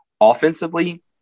Offensively